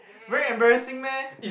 very embarrassing meh